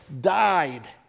died